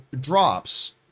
drops